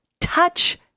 touch